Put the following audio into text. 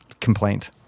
complaint